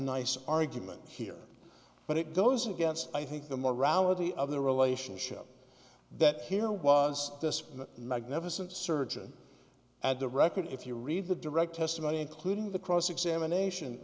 nice argument here but it goes against i think the morality of the relationship that here was this magnificent surgeon at the record if you read the direct testimony including the cross examination